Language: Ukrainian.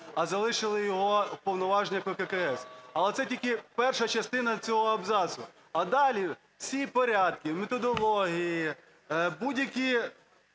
а залишили його у повноваженнях ВККС. Але це тільки перша частина цього абзацу. А далі всі порядки, методології, будь-які